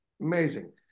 Amazing